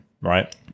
Right